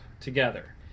together